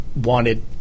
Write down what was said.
wanted